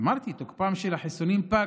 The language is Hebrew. אמרתי, תוקפם של החיסונים פג.